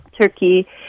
Turkey